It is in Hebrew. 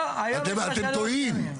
אתם טועים.